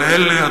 אבל אלה,